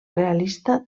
realista